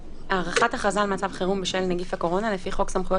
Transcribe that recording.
"הערכת הכרזה על מצב חירום בשל נגיף הקורונה לפי חוק סמכויות